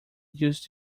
used